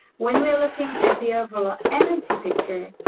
when we're looking at the overall energy picture,